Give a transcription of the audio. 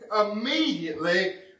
Immediately